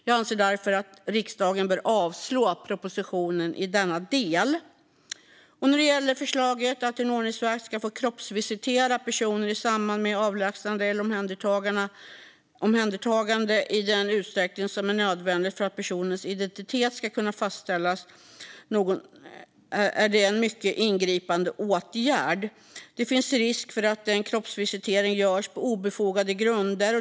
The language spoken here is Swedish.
Jag anser därför att riksdagen bör avslå propositionen i denna del. När det gäller förslaget att en ordningsvakt ska få kroppsvisitera personer i samband med avlägsnande eller omhändertagande i den utsträckning som är nödvändig för att personens identitet ska kunna fastställas är detta en mycket ingripande åtgärd. Det finns en risk att kroppsvisitation görs på obefogade grunder.